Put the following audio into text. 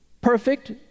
perfect